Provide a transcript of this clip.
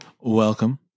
welcome